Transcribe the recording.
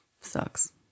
sucks